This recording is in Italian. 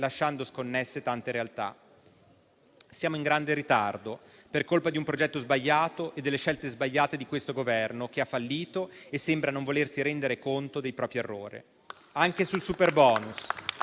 lasciando sconnesse tante realtà. Siamo in grande ritardo per colpa di un progetto sbagliato e delle scelte sbagliate di questo Governo, che ha fallito e sembra non volersi rendere conto dei propri errori. Anche sul superbonus